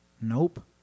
Nope